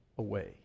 away